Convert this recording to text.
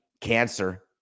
cancer